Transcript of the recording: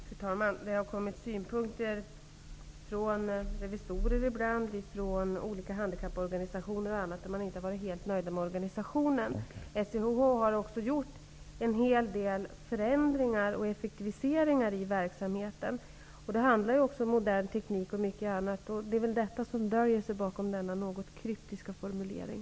Fru talman! Det har ibland kommit synpunkter från revisorer, olika handikapporganisationer och andra där man inte har varit helt nöjd med organisationen. SIH har också gjort en hel del förändringar och effektiviseringar i verksamheten. Det handlar ju också om bl.a. modern teknik. Det är väl detta som döljer sig bakom denna något kryptiska formulering.